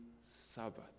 Sabbath